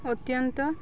ଅତ୍ୟନ୍ତ